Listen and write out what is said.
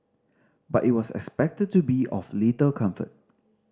but it was expected to be of little comfort